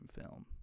film